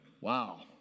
wow